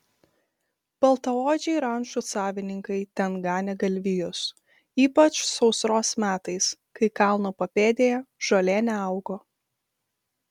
baltaodžiai rančų savininkai ten ganė galvijus ypač sausros metais kai kalno papėdėje žolė neaugo